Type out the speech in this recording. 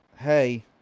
hey